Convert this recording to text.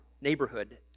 neighborhood